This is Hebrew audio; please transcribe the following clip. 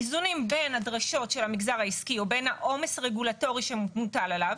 איזונים בין הדרישות של המגזר העסקי או בין העומס הרגולטורי שמוטל עליו,